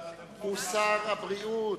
הוא שר הבריאות.